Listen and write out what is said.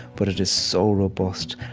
but it is so robust.